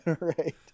Right